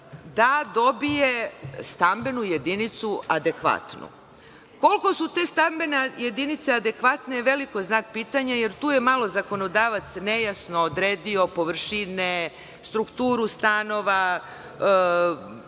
da dobije stambenu jedinicu adekvatnu. Koliko su te stambene jedinice adekvatne veliki je znak pitanja, jer tu je zakonodavac malo nejasno odredio površine, strukturu stanova.